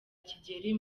kigeli